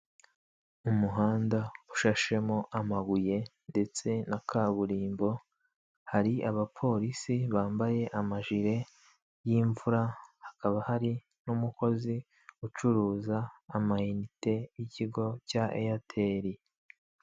Umuhanda ushashemo amabuye ndetse na kaburimbo, hari abapolisi bambaye amajire y'imvura, hakaba hari n'umukozi ucuruza amayinite y'ikigo cya eyateri.